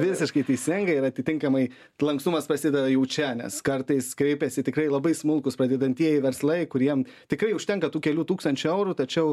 visiškai teisingai ir atitinkamai lankstumas prasideda jau čia nes kartais kreipiasi tikrai labai smulkūs pradedantieji verslai kuriem tikrai užtenka tų kelių tūkstančių eurų tačiau